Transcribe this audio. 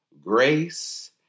grace